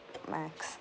max